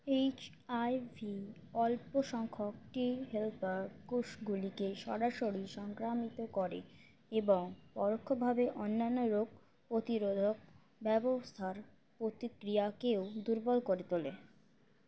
HIV অল্প সংখ্যকটি helper কোর্সগুলিকে সরাসরি সংক্রামিত করে এবং পরক্ষভাবে অন্যান্য রোগ প্ররোধক ব্যবস্থার প্রতিক্রিয়াকেও দুর্বল করে তোলে